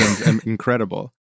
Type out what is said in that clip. incredible